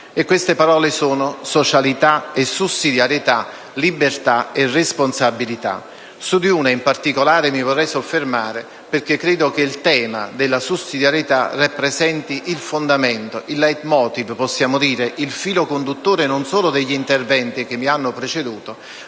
Queste parole sono socialità e sussidiarietà, libertà e responsabilità. Su di una in particolare mi vorrei soffermare, perché ritengo che il tema della sussidiarietà rappresenti il fondamento, il *leitmotiv*, il filo conduttore non solo degli interventi che mi hanno preceduto,